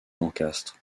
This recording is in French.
lancastre